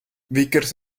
vickers